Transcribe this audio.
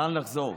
לאן לחזור.